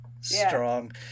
Strong